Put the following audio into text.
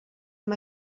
amb